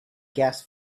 gas